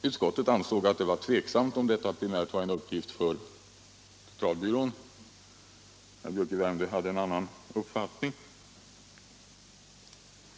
Utskottet ansåg att det var tvivelaktigt om detta primärt var en uppgift för centralbyrån. Herr Biörck i Värmdö hade en annan uppfattning.